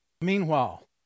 Meanwhile